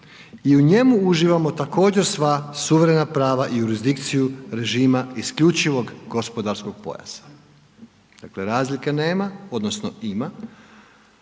i u njemu uživamo također sva suverena prava jurizdikciju režima isključivog gospodarskog pojasa. Dakle razlike nema, odnosno ima